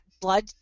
blood